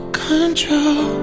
control